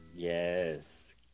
Yes